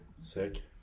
Sick